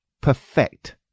perfect